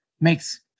makes